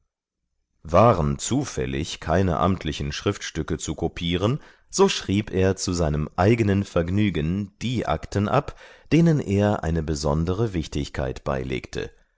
waren zufällig keine amtlichen schriftstücke zu kopieren so schrieb er zu seinem eigenen vergnügen die akten ab denen er eine besondere wichtigkeit beilegte